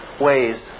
ways